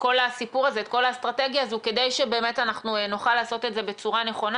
כל האסטרטגיה הזו כדי שאנחנו נוכל לעשות את זה בצורה נכונה.